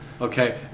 Okay